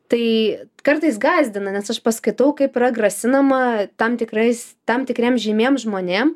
tai kartais gąsdina nes aš paskaitau kaip yra grasinama tam tikrais tam tikriem žymiem žmonėm